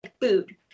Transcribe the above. food